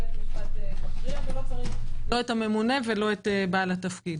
ובית המשפט מכריע ולא צריך לא את הממונה ולא את בעל התפקיד.